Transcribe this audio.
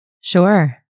Sure